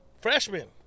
Freshman